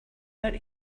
our